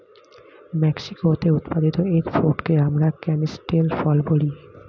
মেক্সিকোতে উৎপাদিত এগ ফ্রুটকে আমরা ক্যানিস্টেল ফল বলি